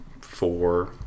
four